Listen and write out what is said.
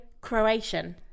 Croatian